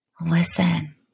Listen